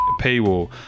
paywall